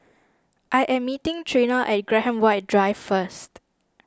I am meeting Trina at Graham White Drive first